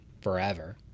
forever